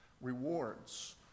rewards